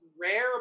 rare